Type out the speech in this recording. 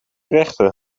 rechter